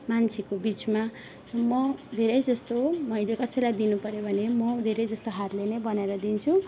मान्छेको बिचमा म धेरैजस्तो मैले कसैलाई दिनुपऱ्यो भने म धेरैजस्तो हातले नै बनाएर दिन्छु